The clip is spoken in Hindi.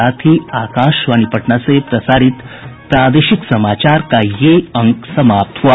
इसके साथ ही आकाशवाणी पटना से प्रसारित प्रादेशिक समाचार का ये अंक समाप्त हुआ